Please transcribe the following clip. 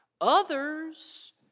Others